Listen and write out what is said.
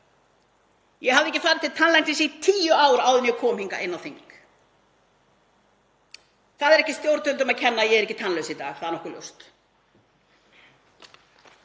Ég hafði ekki farið til tannlæknis í tíu ár áður en ég kom hingað inn á þing. Það er ekki stjórnvöldum að þakka að ég er ekki tannlaus í dag, það er nokkuð ljóst.